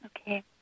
Okay